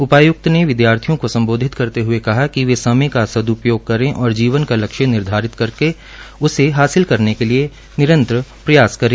उपायुक्त ने विद्यार्थियों को संबोधित करते हुए कहा कि वे समय का सद्वपयोग करें और जीवन का लक्षय निर्धारित करके उसे हासिल करने के लिस निरंतर प्रयास करें